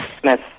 Smith